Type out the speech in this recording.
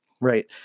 Right